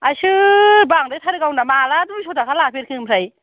आयसो बांद्राय थारो गावना माला दुइ स' थाखा लाफेरखो ओमफ्राय